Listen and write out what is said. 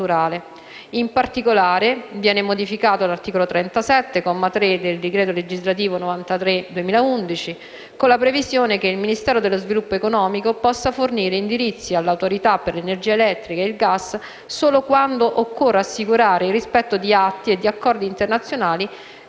In particolare, viene modificato l'articolo 37, comma 3, del decreto legislativo n. 93 del 2011 con la previsione che il Ministero dello sviluppo economico possa fornire indirizzi all'Autorità per l'energia elettrica e il gas solo quando occorra assicurare il rispetto di atti e di accordi internazionali